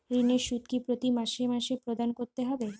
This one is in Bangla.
ঋণের সুদ কি প্রতি মাসে মাসে প্রদান করতে হবে?